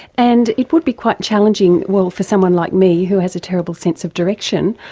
and it would be quite challenging well for someone like me who has a terrible sense of direction,